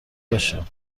باشه